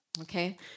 Okay